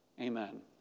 Amen